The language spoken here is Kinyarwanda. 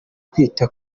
kwita